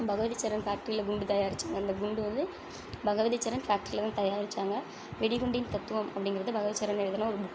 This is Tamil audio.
பகவதிச்சரண் ஃபேக்ட்ரில குண்டு தயாரிச்சாங்கள் அந்த குண்டு வந்து பகவதிச்சரண் ஃபேக்ட்ரில தான் தயாரிச்சாங்கள் வெடிகுண்டின் தத்துவம் அப்படிங்கிறது பகவதிச்சரண் எழுதின ஒரு புக்கு